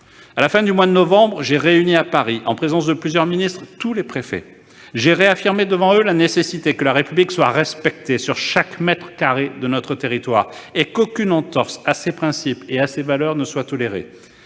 À la fin du mois de novembre, j'ai réuni à Paris, en présence de plusieurs ministres, tous les préfets. J'ai réaffirmé devant eux la nécessité que la République soit respectée sur chaque mètre carré de notre territoire et qu'aucune entorse à ses principes et ses valeurs ne soit tolérée.